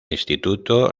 instituto